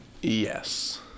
yes